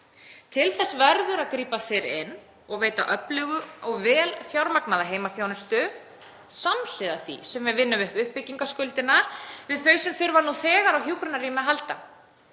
Til þess verður að grípa fyrr inn í og veita öfluga og vel fjármagnaða heimaþjónustu samhliða því sem við vinnum á uppbyggingarskuldinni við þau sem þurfa nú þegar á hjúkrunarrými að halda.